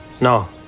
No